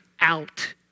out